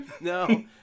No